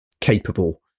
capable